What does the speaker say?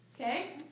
Okay